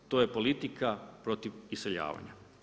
To je politika protiv iseljavanja.